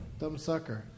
Thumbsucker